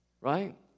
Right